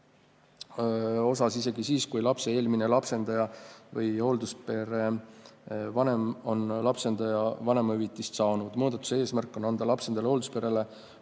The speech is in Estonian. jooksul isegi siis, kui lapse eelmine lapsendaja või hoolduspere vanem on lapsendaja vanemahüvitist saanud. Muudatuse eesmärk on anda lapsendajale, hoolduspere